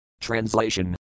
Translation